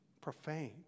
profane